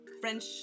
French